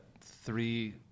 three